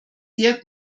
sehr